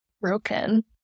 broken